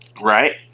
right